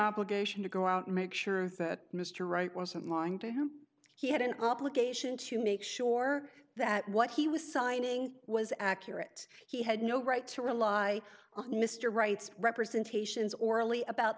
obligation to go out make sure that mr right wasn't lying to him he had an obligation to make sure that what he was signing was accurate he had no right to rely on mr wright's representations orally about